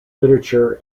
literature